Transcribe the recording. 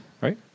right